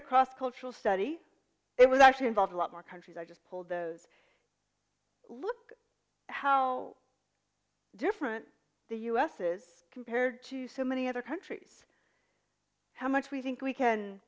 a cross cultural study it was actually involved a lot more countries i just pulled those look how different the u s is compared to so many other countries how much we think we can